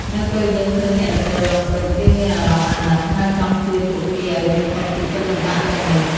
នៅពេលយើងឃើញអ្នកដទៃរងទុក្ខ យើងមានអារម្មណ៍អាណិត ហើយចង់ជួយពួកគេឱ្យរួចផុតពីទុក្ខលំបាកទាំងនោះ។